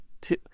two